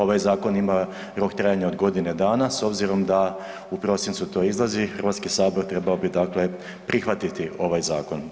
Ovaj zakon ima rok trajanja od godine dana, s obzirom da u prosincu to izlazi, Hrvatski sabor, trebao bi, dakle, prihvatiti ovaj zakon.